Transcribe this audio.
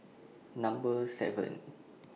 Number seven